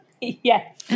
Yes